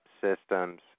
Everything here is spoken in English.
systems